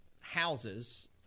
houses